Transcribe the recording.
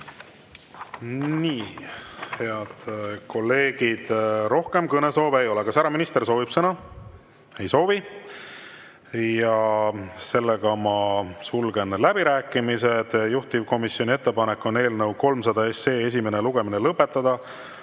Aitäh! Head kolleegid! Rohkem kõnesoove ei ole. Kas härra minister soovib sõna? Ei soovi. Ma sulgen läbirääkimised. Juhtivkomisjoni ettepanek on eelnõu 300 esimene lugemine lõpetada,